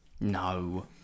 No